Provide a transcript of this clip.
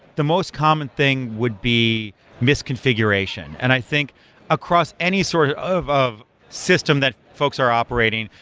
the most common thing would be misconfiguration, and i think across any sort of of system that folks are operating,